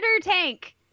tank